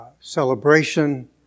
celebration